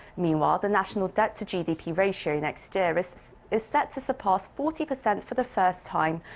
meanwhile, the national debt-to gdp ratio next year is is set to surpass forty percent for the first time.